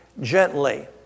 gently